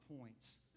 points